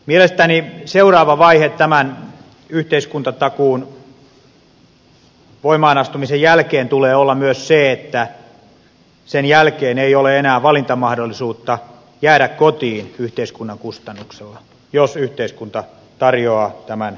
mielestäni seuraavan vaiheen tämän yhteiskuntatakuun voimaan astumisen jälkeen tulee olla myös se että sen jälkeen ei ole enää valintamahdollisuutta jäädä kotiin yhteiskunnan kustannuksella jos yhteiskunta tarjoaa tämän takuun nuorille